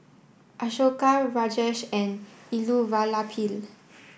Ashoka Rajesh and Elattuvalapil